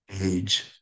age